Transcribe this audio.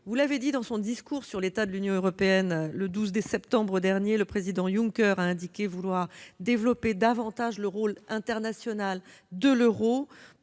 Vous l'avez dit, dans son discours sur l'état de l'Union européenne, le 12 septembre dernier, le Président Juncker a indiqué vouloir développer davantage le rôle international de l'euro,